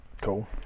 cool